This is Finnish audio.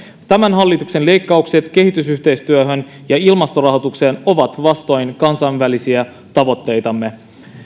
tämän hallituksen leikkaukset kehitysyhteistyöhön ja ilmastorahoitukseen ovat vastoin kansainvälisiä tavoitteitamme